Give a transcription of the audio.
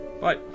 Bye